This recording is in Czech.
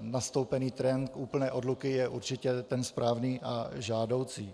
nastoupený trend úplné odluky je určitě správný a žádoucí.